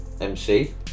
MC